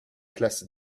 classe